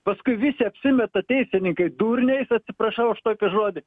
paskui visi apsimeta teisininkai durniais atsiprašau už tokį žodį